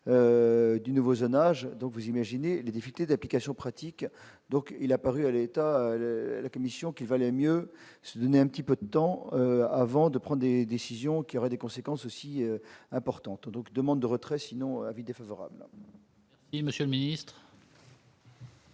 du nouveau zonage, donc vous imaginez les difficultés d'application pratique, donc il a paru à l'État la commission qu'il valait mieux se donner un petit peu de temps avant de prendre des décisions qui aurait des conséquences aussi importante, donc demande de retrait sinon avis défavorable. Et Monsieur le Ministre.